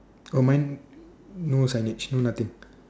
oh mine no signage no nothing